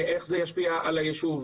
איך זה ישפיע על היישוב.